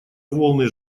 волны